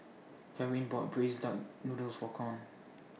Karin bought Braised Duck Noodles For Con